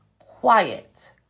quiet